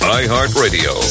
iHeartRadio